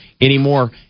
Anymore